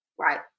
right